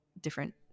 different